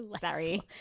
sorry